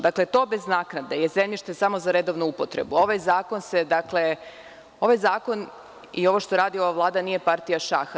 Dakle, to bez naknade je zemljište samo za redovnu upotrebu, ovaj zakon i ovo što radi ova Vlada nije partija šaha.